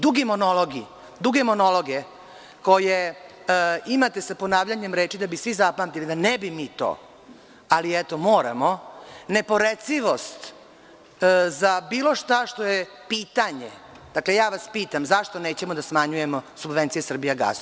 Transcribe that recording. Duge monologe koje imate sa ponavljanjem reči da bi svi zapamtili, da ne bi mi to, ali eto moramo, neporecivost za bilo šta što je pitanje, dakle ja vas pitam – zašto nećemo da smanjujemo subvencije „Srbijagasu“